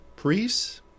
priests